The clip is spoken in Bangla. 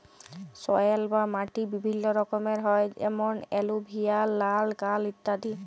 সয়েল বা মাটি বিভিল্য রকমের হ্যয় যেমন এলুভিয়াল, লাল, কাল ইত্যাদি